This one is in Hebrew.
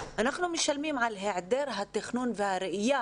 אנחנו משלמים על היעדר התכנון והראיה